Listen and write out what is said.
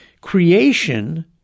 Creation